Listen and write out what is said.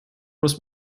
muss